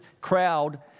crowd